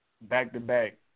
back-to-back